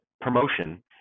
promotion